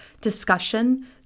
discussion